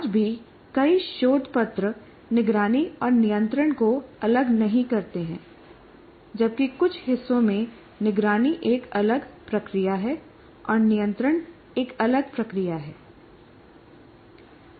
आज भी कई शोध पत्र निगरानी और नियंत्रण को अलग नहीं करते हैं जबकि कुछ हिस्सों में निगरानी एक अलग प्रक्रिया है और नियंत्रण एक अलग प्रक्रिया है